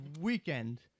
Weekend